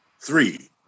three